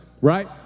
Right